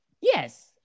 Yes